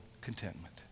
Contentment